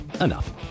Enough